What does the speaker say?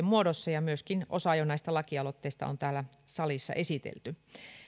muodossa ja myöskin osa näistä lakialoitteista on jo täällä salissa esitelty